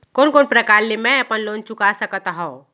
कोन कोन प्रकार ले मैं अपन लोन चुका सकत हँव?